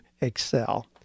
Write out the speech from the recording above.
excel